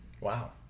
Wow